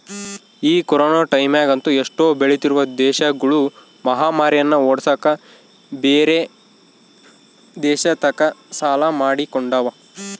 ಈ ಕೊರೊನ ಟೈಮ್ಯಗಂತೂ ಎಷ್ಟೊ ಬೆಳಿತ್ತಿರುವ ದೇಶಗುಳು ಮಹಾಮಾರಿನ್ನ ಓಡ್ಸಕ ಬ್ಯೆರೆ ದೇಶತಕ ಸಾಲ ಮಾಡಿಕೊಂಡವ